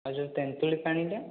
ଆଉ ଯୋଉ ତେନ୍ତୁଳି ପାଣିଟା